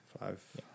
Five